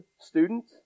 students